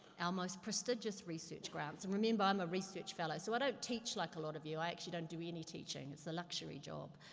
our most prestigious research grants, and remember i'm a research fellow, so i don't teach like a lot of you, i actually don't do any teaching it's a luxury job.